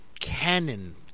Cannon